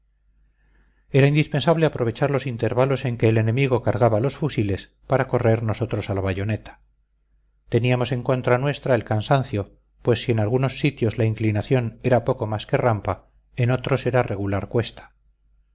era indispensable aprovechar los intervalos en que el enemigo cargaba los fusiles para correr nosotros a la bayoneta teníamos en contra nuestra el cansancio pues si en algunos sitios la inclinación era poco más que rampa en otros era regular cuesta